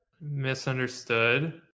Misunderstood